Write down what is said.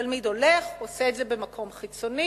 תלמיד הולך ועושה את זה במקום חיצוני,